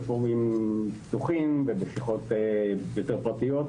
בפורומים פתוחים ובשיחות יותר פרטיות: